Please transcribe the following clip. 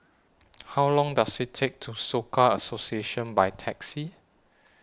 How Long Does IT Take to get to Soka Association By Taxi